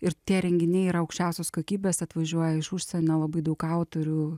ir tie renginiai yra aukščiausios kokybės atvažiuoja iš užsienio labai daug autorių